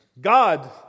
God